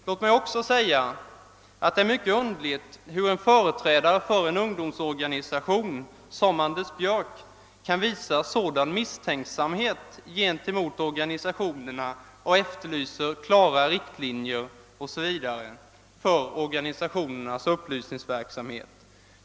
Låt mig också säga att det är mycket underligt att en företrädare för en ungdomsorganisation, i detta fall Anders Björck, kan visa sådan misstänksamhet gentemot organisationerna och efterlysa »klara riktlinjer« m.m. för organisationernas upplysningsverksamhet.